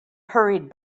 hurried